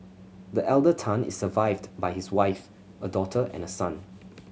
the elder Tan is survived by his wife a daughter and a son